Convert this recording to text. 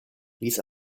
ließ